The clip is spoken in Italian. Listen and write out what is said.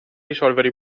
risolvere